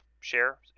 share